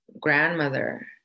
grandmother